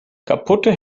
kaputte